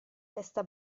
testa